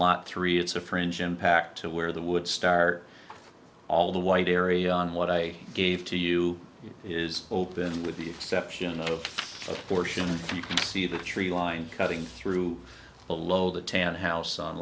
lot three it's a fringe impact to where the would start all the white area and what i gave to you is open with the exception of portion you can see the tree line cutting through the low the tan house on